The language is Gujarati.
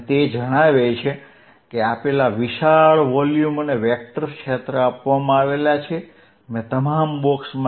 તે જણાવે છે કે આપેલા વિશાળ વોલ્યુમ અને વેક્ટર ક્ષેત્ર આપવામાં આવેલ છે મેં તમામ બોક્સ માટે